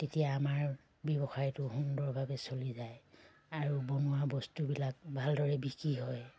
তেতিয়া আমাৰ ব্যৱসায়টো সুন্দৰভাৱে চলি যায় আৰু বনোৱা বস্তুবিলাক ভালদৰে বিকি হয়